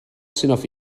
sydd